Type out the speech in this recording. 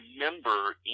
remember